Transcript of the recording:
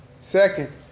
Second